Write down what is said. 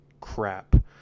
crap